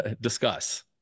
discuss